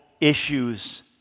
issues